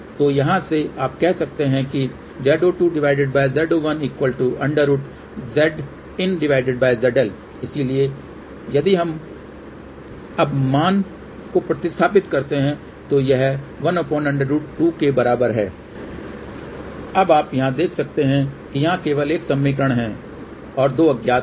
तो यहाँ से आप कह सकते हैं कि इसलिए यदि हम अब मान को प्रतिस्थापित करते हैं तो यह 1√2 के बराबर है अब आप यहाँ देख सकते हैं कि यहाँ केवल एक समीकरण है और दो अज्ञात हैं